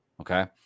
Okay